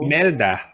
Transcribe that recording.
Melda